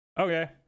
okay